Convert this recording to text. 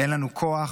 אין לנו כוח,